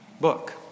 book